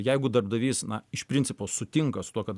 jeigu darbdavys na iš principo sutinka su tuo kad